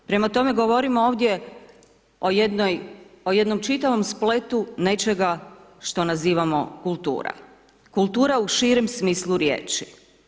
Prema tome govorim ovdje u jednom čitavom spletu nečega što nazivamo kultura, kultura u širem smislu riječi.